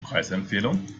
preisempfehlung